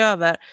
Över